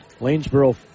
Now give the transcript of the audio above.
Lanesboro